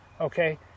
okay